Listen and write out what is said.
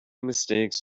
mistakes